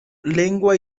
lengua